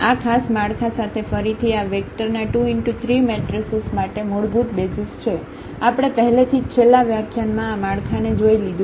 આ ખાસ માળખા સાથે ફરીથી આ વેંકટરના 23 મેટ્રેસીસ માટે મૂળભૂત બેસિઝ છે આપણે પહેલેથીજ છેલ્લા વ્યાખ્યાન માં આ માળખાને જોઈ લીધું છે